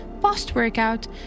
post-workout